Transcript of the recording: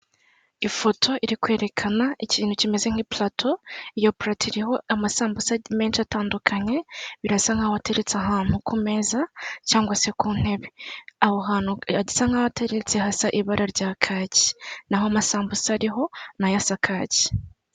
Ifoto iri kwerekana ikintu kimeze nk'iparato, iyo parato iriho amasambuza menshi atandukanye, birasa nk'aho ateretse ahantu ku meza cyangwa kuntebe, aho hantu asa nk'aho ateretse hasa ibara rya kaki, n'aho amasambusa ariho nayo asa kaki